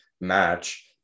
match